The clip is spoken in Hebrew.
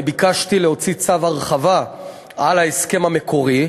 אני ביקשתי להוציא צו הרחבה על ההסכם המקורי,